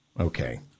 Okay